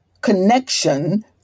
connection